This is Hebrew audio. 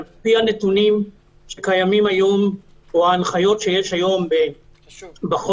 על פי הנתונים שקיימים היום או ההנחיות שיש היום בחוק,